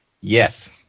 Yes